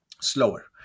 slower